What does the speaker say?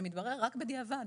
שמתברר רק בדיעבד,